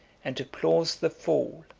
and deplores the fall,